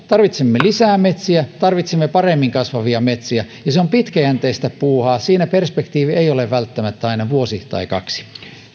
tarvitsemme lisää metsiä tarvitsemme paremmin kasvavia metsiä ja se on pitkäjänteistä puuhaa siinä perspektiivi ei ole välttämättä aina vuosi tai kaksi